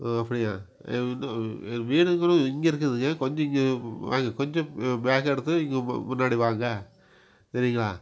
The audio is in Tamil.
ஓ அப்படியா இதுவும் வீடுங்களும் இங்கே இருக்குதுங்க கொஞ்சம் இங்கே வாங்க கொஞ்சம் பேக் எடுத்து இங்கே வ முன்னாடி வாங்க சரிங்களா